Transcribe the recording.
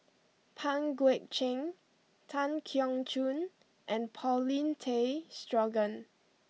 Pang Guek Cheng Tan Keong Choon and Paulin Tay Straughan